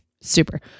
Super